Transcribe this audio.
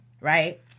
right